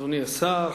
אדוני השר,